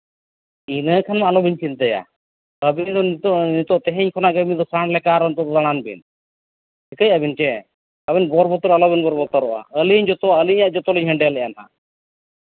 ᱤᱱᱟᱹ ᱠᱷᱟᱱ ᱟᱞᱚᱵᱤᱱ ᱪᱤᱱᱛᱟᱹᱭᱟ ᱟᱹᱵᱤᱱ ᱫᱚ ᱱᱤᱛᱚᱜ ᱛᱮᱦᱤᱧ ᱠᱷᱚᱱᱟᱜ ᱜᱮ ᱞᱮᱠᱟ ᱟᱹᱵᱤᱱ ᱫᱚ ᱫᱟᱬᱟᱱ ᱵᱤᱱ ᱴᱷᱤᱠᱟᱹᱭᱟᱵᱤᱱ ᱪᱮ ᱟᱹᱵᱤᱱ ᱵᱚᱨ ᱵᱚᱛᱚᱨ ᱟᱞᱚᱵᱤᱱ ᱵᱚᱨ ᱵᱚᱛᱚᱨᱚᱜᱼᱟ ᱟᱹᱞᱤᱧ ᱡᱚᱛᱚ ᱟᱹᱞᱤᱧᱟᱜ ᱡᱚᱛᱚᱞᱤᱧ ᱦᱮᱱᱰᱮᱞᱮᱫᱼᱟ ᱦᱟᱸᱜ